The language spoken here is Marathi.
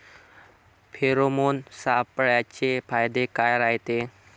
फेरोमोन सापळ्याचे फायदे काय रायते?